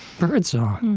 birdsong.